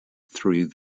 through